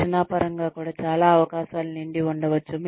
శిక్షణ పరంగా కూడా చాలా అవకాశాలు నిండి ఉండవచ్చు